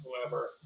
whoever